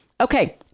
Okay